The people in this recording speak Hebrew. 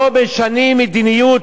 לא משנים מדיניות,